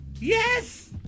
Yes